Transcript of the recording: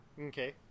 Okay